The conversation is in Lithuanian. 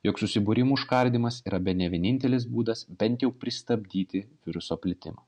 jog susibūrimų užkardymas yra bene vienintelis būdas bent jau pristabdyti viruso plitimą